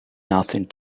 nothing